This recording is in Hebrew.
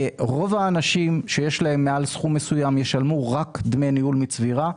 רוב האנשים שיש להם מעל סכום מסוים ישלמו רק דמי ניהול מצבירה,